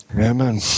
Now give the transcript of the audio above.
Amen